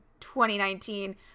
2019